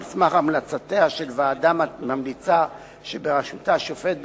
על סמך המלצותיה של ועדה ממליצה שבראשה שופט בדימוס,